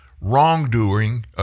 wrongdoing